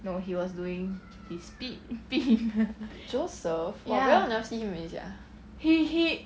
joseph !wah! very long never see him already sia